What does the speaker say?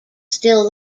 still